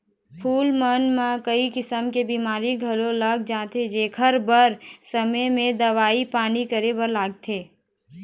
फूल मन म कइ किसम के बेमारी घलोक लाग जाथे जेखर बर समे म दवई पानी करे बर लागथे